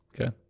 Okay